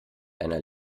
einer